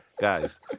Guys